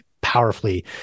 powerfully